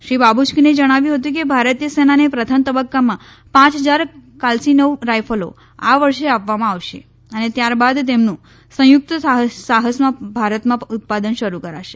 શ્રી બાબુશ્કીને જણાવ્યું હતું કે ભારતીય સેનાને પ્રથમ તબકકામાં પાંચ હજાર કાલ્સીનોવ રાયફલો આ વર્ષે આપવામાં આવશે અને ત્યારબાદ તેમનું સંયુકત સાહસમાં ભારતમાં ઉત્પાદન શરૂ કરાશે